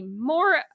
more